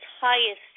highest